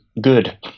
good